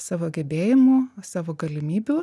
savo gebėjimų savo galimybių